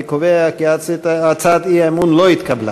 אני קובע כי הצעת האי-אמון לא התקבלה.